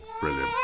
brilliant